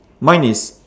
mine is